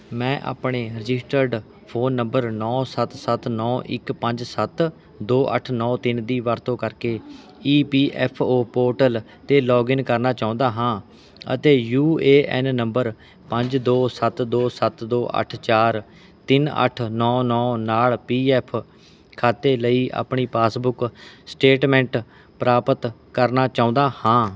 ਮੈਂ ਆਪਣੇ registered phone number ਨੌ ਸੱਤ ਸੱਤ ਨੌ ਇੱਕ ਪੰਜ ਸੱਤ ਦੋ ਅੱਠ ਨੌ ਤਿੰਨ ਦੀ ਵਰਤੋਂ ਕਰਕੇ E P F O portal 'ਤੇ ਲੋਗਇੰਨ ਕਰਨਾ ਚਾਹੁੰਦਾ ਹਾਂ ਅਤੇ ਯੂ ਏ ਐੱਨ ਨੰਬਰ ਪੰਜ ਦੋ ਸੱਤ ਦੋ ਸੱਤ ਦੋ ਅੱਠ ਚਾਰ ਤਿੰਨ ਅੱਠ ਨੌ ਨੌ ਨਾਲ ਪੀ ਐੱਫ ਖਾਤੇ ਲਈ ਆਪਣੀ ਪਾਸਬੁੱਕ ਸਟੇਟਮੈਂਟ ਪ੍ਰਾਪਤ ਕਰਨਾ ਚਾਹੁੰਦਾ ਹਾਂ